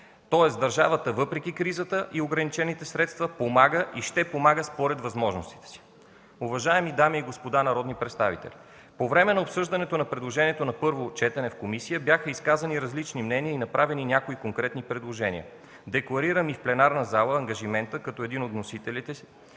Тоест, държавата въпреки кризата и ограничените средства помага и ще помага според възможностите си. Уважаеми дами и господа народни представители, по време на обсъждането на предложението на първо четене в комисията бяха изказани различни мнения и бяха направени някои конкретни предложения. Декларирам и в пленарната зала, като един от вносителите